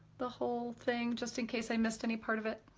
the whole thing, just in case i missed any part of it.